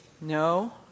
No